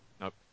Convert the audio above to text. Nope